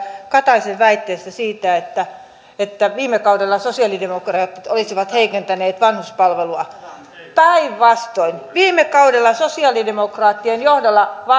kataisen väitteestä siitä että että viime kaudella sosialidemokraatit olisivat heikentäneet vanhuspalvelua päinvastoin viime kaudella sosialidemokraattien johdolla